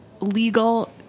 legal